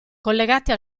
collegate